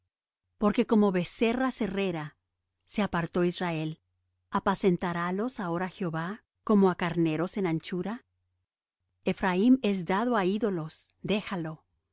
porque como becerra cerrera se apartó israel apacentarálos ahora jehová como á carneros en anchura ephraim es dado á ídolos déjalo